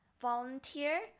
volunteer